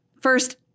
first